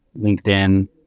LinkedIn